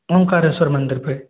ओमकारेश्वर मंदिर पे